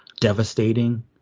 devastating